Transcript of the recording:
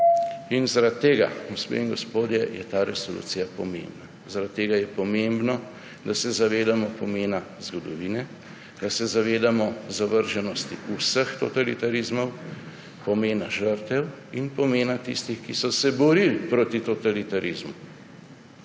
gospe in gospodje, je ta resolucija pomembna. Zaradi tega je pomembno, da se zavedamo pomena zgodovine, da se zavedamo zavrženosti vseh totalitarizmov, pomena žrtev in pomena tistih, ki so se borili proti totalitarizmu.